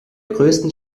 größten